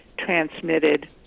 transmitted